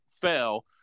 fell